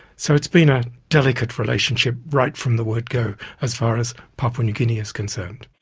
so it's been a delicate relationship right from the word go as far as papua new guinea is concerned.